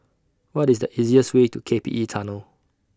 What IS The easiest Way to K P E Tunnel